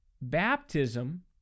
Baptism